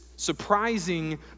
Surprising